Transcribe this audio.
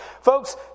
Folks